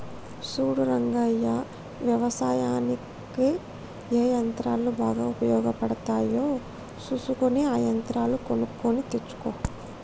సూడు రంగయ్య యవసాయనిక్ ఏ యంత్రాలు బాగా ఉపయోగపడుతాయో సూసుకొని ఆ యంత్రాలు కొనుక్కొని తెచ్చుకో